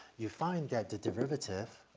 you find that the derivative,